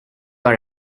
are